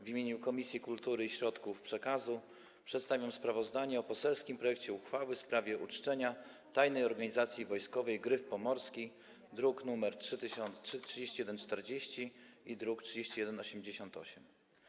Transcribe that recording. W imieniu Komisji Kultury i Środków Przekazu przedstawiam sprawozdanie o poselskim projekcie uchwały w sprawie uczczenia Tajnej Organizacji Wojskowej „Gryf Pomorski”, druki nr 3140 i 3188.